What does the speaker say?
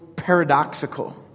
paradoxical